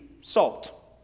salt